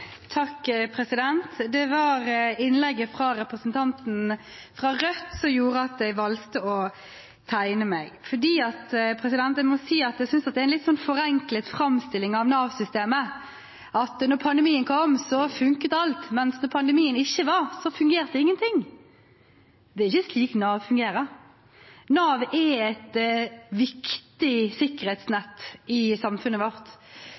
Det var innlegget til representanten fra Rødt som gjorde at jeg valgte å tegne meg. Jeg må si jeg synes det er en litt forenklet framstilling av Nav-systemet at alt funket da pandemien kom, mens at ingenting fungerte da det ikke var pandemi. Det er ikke slik Nav fungerer. Nav er et viktig sikkerhetsnett i samfunnet vårt,